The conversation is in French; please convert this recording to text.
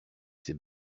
ses